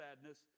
sadness